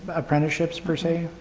apprenticeships per se?